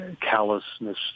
callousness